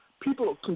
People